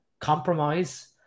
compromise